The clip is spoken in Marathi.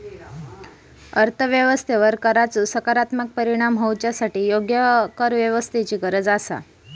अर्थ व्यवस्थेवर कराचो सकारात्मक परिणाम होवच्यासाठी योग्य करव्यवस्थेची गरज आसा